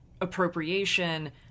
appropriation